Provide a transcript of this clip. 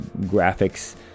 graphics